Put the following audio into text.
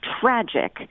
tragic